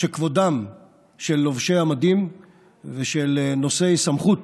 שכבודם של לובשי המדים ושל נושאי סמכות